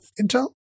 Intel